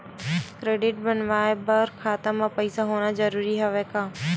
Credit बनवाय बर खाता म पईसा होना जरूरी हवय का?